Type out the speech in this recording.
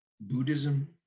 Buddhism